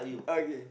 okay